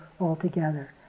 altogether